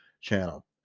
channel